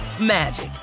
magic